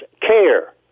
care